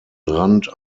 rand